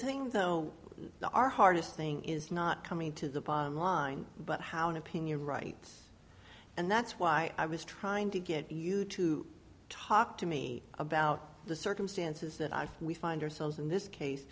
thing though the our hardest thing is not coming to the bottom line but how an opinion right and that's why i was trying to get you to talk to me about the circumstances that we find ourselves in this case